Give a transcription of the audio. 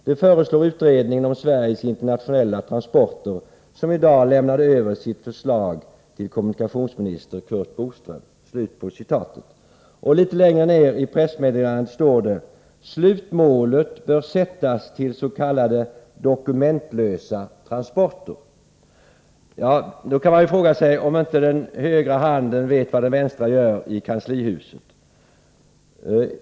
Det föreslår utredningen om Sveriges internationella transporter, som i dag lämnade över sitt förslag till kommunikationsminister Curt Boström.” Litet längre ned i pressmeddelandet står det: ”Slutmålet bör sättas till s.k. dokumentlösa transporter.” Man kan fråga sig om inte den högra handen vet vad den vänstra gör i kanslihuset.